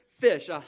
fish